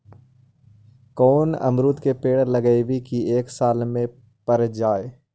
कोन अमरुद के पेड़ लगइयै कि एक साल में पर जाएं?